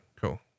cool